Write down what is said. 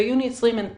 ביוני 2020 הן פקעו.